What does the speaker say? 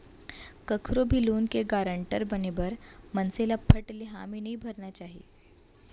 कखरो भी लोन के गारंटर बने बर मनसे ल फट ले हामी नइ भरना चाही